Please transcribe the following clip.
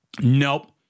Nope